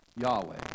Yahweh